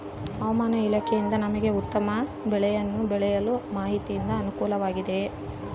ಹವಮಾನ ಇಲಾಖೆಯಿಂದ ನಮಗೆ ಉತ್ತಮ ಬೆಳೆಯನ್ನು ಬೆಳೆಯಲು ಮಾಹಿತಿಯಿಂದ ಅನುಕೂಲವಾಗಿದೆಯೆ?